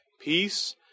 Peace